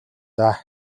даа